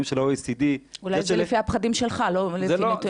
של ה-OECD --- אולי זה לפי הפחדים שלך ולא לפי נתונים אמיתיים.